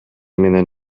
менен